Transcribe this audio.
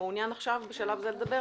לדבר בשלב הזה?